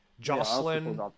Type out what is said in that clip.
Jocelyn